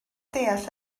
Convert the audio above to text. deall